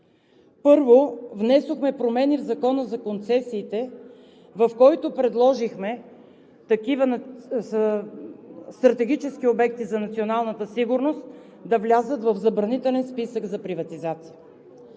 Първо, внесохме промени в Закона за концесиите, в който предложихме такива стратегически обекти за националната сигурност да влязат в забранителен списък за приватизация.